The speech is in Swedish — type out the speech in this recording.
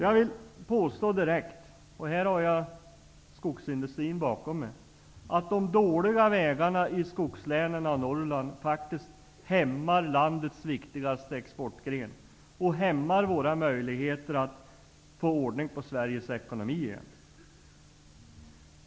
Jag vill påstå direkt -- och här har jag skogsindustrin bakom mig -- att de dåliga vägarna i Norrland och skogslänen faktiskt hämmar landets viktigaste exportgren och våra möjligheter att få ordning på Sveriges ekonomi igen.